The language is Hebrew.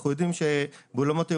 אנחנו יודעים שבאולמות האירועים,